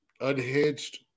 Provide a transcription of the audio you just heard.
unhinged